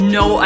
no